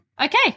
okay